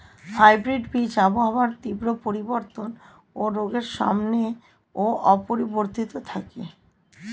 hybrid বীজ আবহাওয়ার তীব্র পরিবর্তন ও রোগের সামনেও অপরিবর্তিত থাকে